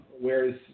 Whereas